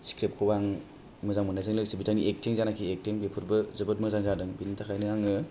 सिक्रिबखौ आं मोजां मोननायजों लोगोसे बिथांनि एकथिं जानाखि एकथिं बेफोरबो जोबोद मोजां जादों बिनि थाखायनो आङो